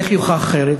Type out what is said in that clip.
איך יוכח אחרת?